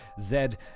zed